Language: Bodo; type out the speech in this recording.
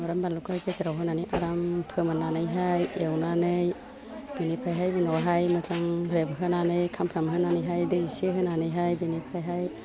सामब्राम बानलुखौ गेजेराव होनानै आराम फोमोन्नानैहाइ एवनानै बिनिफ्रायहाइ उनावहाइ मोजां रेबहोनानै खामफ्रामहोनानैहाइ दै इसे होनानैहाइ बिनिफ्रायहाइ